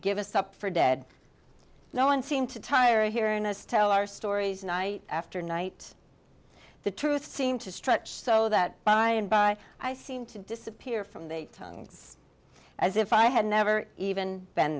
give us up for dead no one seemed to tire of hearing us tell our stories and i after night the truth seemed to stretch so that by and by i seemed to disappear from the tongues as if i had never even been